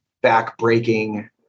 back-breaking